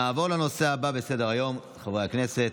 נעבור לנושא הבא בסדר-היום, חברי הכנסת,